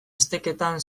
esteketan